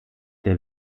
der